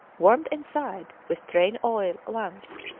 warmed inside with train-oil lamps.